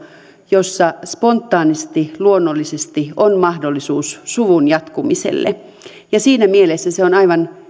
jossa spontaanisti luonnollisesti on mahdollisuus suvun jatkumiselle ja siinä mielessä se on aivan